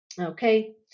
okay